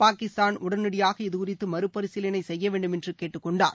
பாகிஸ்தான் உடனடியாக இதுகுறித்து மறுபரிசீலனை செய்ய வேண்டுமென்று கேட்டுக்கொண்டார்